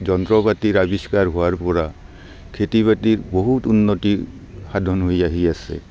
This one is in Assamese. যন্ত্ৰ পাতিৰ আৱিষ্কাৰ হোৱাৰ পৰা খেতি বাতিত বহুত উন্নতি সাধন হৈ আহি আছে